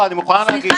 לא, אני מוכרח להגיב.